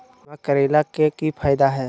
बीमा करैला के की फायदा है?